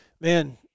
man